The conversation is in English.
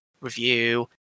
review